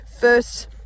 first